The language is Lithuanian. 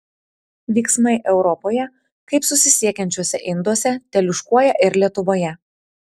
vyksmai europoje kaip susisiekiančiuose induose teliūškuoja ir lietuvoje